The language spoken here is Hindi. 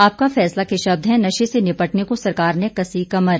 आपका फैसला के शब्द हैं नशे से निपटने को सरकार ने कसी कमर